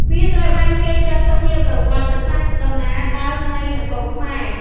វាត្រូវបានគេចាត់ទុកជាប្រវត្តិសាស្រ្តដំណាលដើមនៃនគរខ្មែរ។